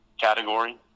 category